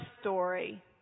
story